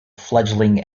fledgling